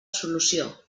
solució